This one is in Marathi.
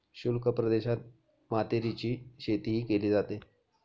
शुष्क प्रदेशात मातीरीची शेतीही केली जाते